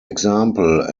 example